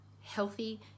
healthy